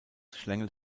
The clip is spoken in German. schlängelt